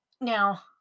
Now